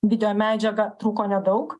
video medžiagą trūko nedaug